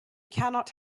cannot